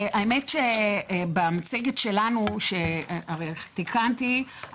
האמת שבמצגת שלנו שתיקנתי,